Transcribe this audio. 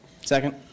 Second